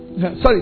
Sorry